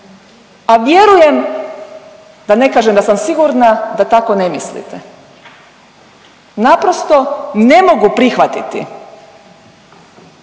a vjerujem da ne kažem da sam sigurna da tako ne mislite. Naprosto ne mogu prihvatiti